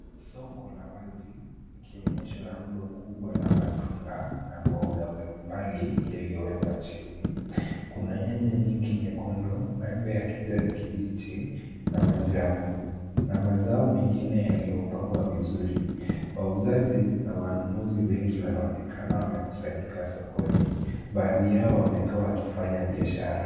Soko la wazi ikionyesha rundo kubwa la matunda na mboga mbalimbali yaliyowekwa chini. Kuna nyanya nyingi nyekundu, maembe ya kijani kibichi na manjano na mazao mengine yaliyopangwa vizuri, wauzaji na wanunuzi wengi wanaonekana wamekusanyika sokoni, baadhi yao wamekaa wakifanya biashara.